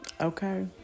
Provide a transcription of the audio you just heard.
Okay